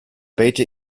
beta